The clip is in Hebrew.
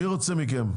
מי רוצה מכם להגיב?